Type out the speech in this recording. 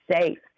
safe